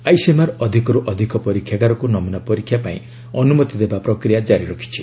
ICMR ଅଧିକରୁ ଅଧିକ ପରୀକ୍ଷାଗାରକୁ ନମୁନା ପରୀକ୍ଷା ଲାଗି ଅନ୍ଦ୍ରମତି ଦେବା ପ୍ରକ୍ରିୟା କାରି ରଖିଛି